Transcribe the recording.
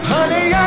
Honey